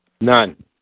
None